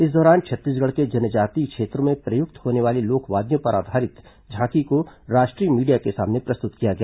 इस दौरान छत्तीसगढ़ के जनजातीय क्षेत्रों में प्रयुक्त होने वाले लोक वाद्यों पर आधारित झांकी को राष्ट्रीय मीडिया के सामने प्रस्तुत किया गया